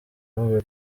vuba